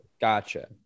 Gotcha